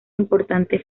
importante